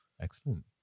Excellent